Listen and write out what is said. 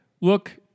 look